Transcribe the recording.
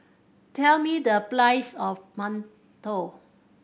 tell me the price of mantou